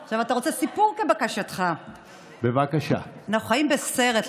אז בואו נשמע מה הוא אמר: "החוק הנורבגי זה החוק הראשון